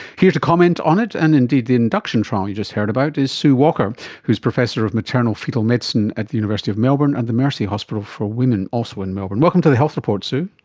here to comment on it and indeed the induction trial you just heard about is sue walker who is professor of maternal foetal medicine at the university of melbourne at and the mercy hospital for women, also in melbourne. welcome to the health report sue.